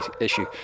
issue